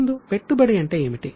ముందు పెట్టుబడి అంటే ఏమిటి